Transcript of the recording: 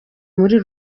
muri